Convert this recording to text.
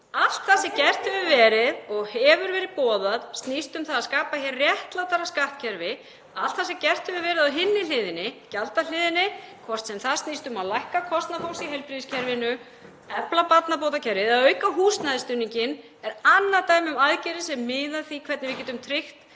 Allt það sem gert hefur verið (Gripið fram í.) og hefur verið boðað snýst um að skapa hér réttlátara skattkerfi. Allt það sem gert hefur verið á hinni hliðinni, gjaldahliðinni, hvort sem það snýst um að lækka kostnað fólks í heilbrigðiskerfinu, efla barnabótakerfið eða auka húsnæðisstuðninginn, er annað dæmi um aðgerðir sem snúa að því hvernig við getum tryggt